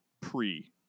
pre